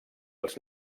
els